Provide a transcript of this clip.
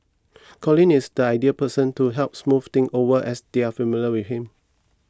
Colin is the ideal person to help smooth things over as they are familiar with him